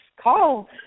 call